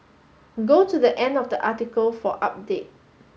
go to the end of the article for update